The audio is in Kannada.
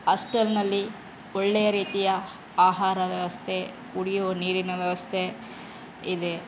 ಹಾಸ್ಟಲ್ಲಿನಲ್ಲಿ ಒಳ್ಳೆಯ ರೀತಿಯ ಆಹಾರ ವ್ಯವಸ್ಥೆ ಕುಡಿಯುವ ನೀರಿನ ವ್ಯವಸ್ಥೆ ಇದೆ